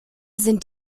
sind